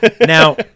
Now